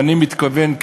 ואני מתכוון,